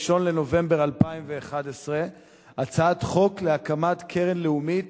בנובמבר 2011 הצעת חוק להקמת קרן לאומית